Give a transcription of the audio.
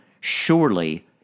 Surely